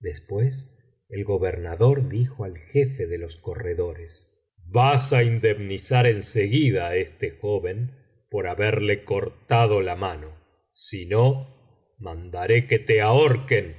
después el gobernador dijo al jefe de los corredores vas á indemnizar en seguida á este joven por haberle cortado la mano si no mandaré que te ahorquen